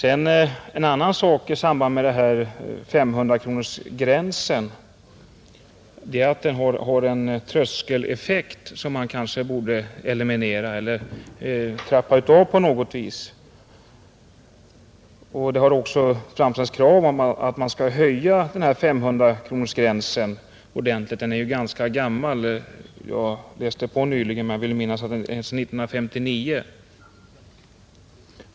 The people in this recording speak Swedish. En annan sak i samband med 500-kronorsgränsen är att den har en tröskeleffekt som man kanske borde eliminera eller trappa av på något vis. Det har också framställts krav på att man skall höja 500-kronorsgränsen ordentligt — den är ju ganska gammal, Jag läste på nyligen och vill minnas att den är från 1959.